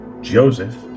Joseph